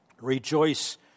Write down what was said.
Rejoice